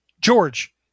George